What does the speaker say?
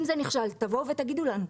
אם זה נכשל תבואו תגידו לנו.